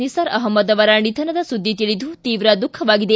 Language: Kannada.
ನಿಸಾರ್ ಅಹಮದ್ ಅವರ ನಿಧನದ ಸುದ್ದಿ ತಿಳಿದು ತೀವ್ರ ದುಃಖಿವಾಗಿದೆ